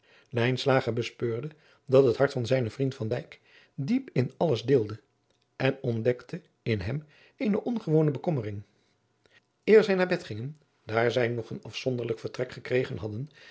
bespeurde dat het hart van zijnen vriend van dijk diep in alles deelde en ontdekte in hem eene ongewone bekommering eer zij naar bed gingen daar zij nog een afzonderlijk vertrek gekregen hadden